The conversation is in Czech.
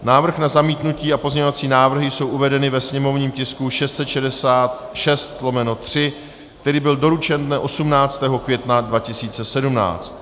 Návrh na zamítnutí a pozměňovací návrhy jsou uvedeny ve sněmovním tisku 666/3, který byl doručen dne 18. května 2017.